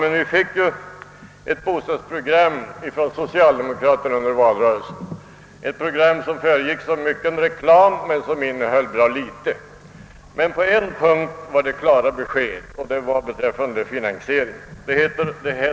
Men vi fick ju ett bostadsprogram från socialdemokraterna under valrörelsen, ett program som föregicks av mycken reklam men som innehöll bra litet. På en punkt var det emellertid klara besked, nämligen just beträffande finansieringen.